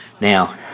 Now